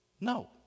No